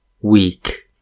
weak